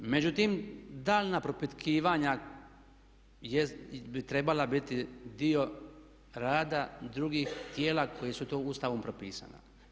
Međutim, daljnja propitkivanja bi trebala biti dio rada drugih tijela koje su to Ustavom propisana.